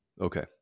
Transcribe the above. Okay